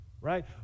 right